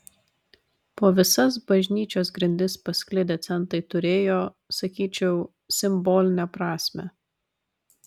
po visas bažnyčios grindis pasklidę centai turėjo sakyčiau simbolinę prasmę